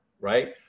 right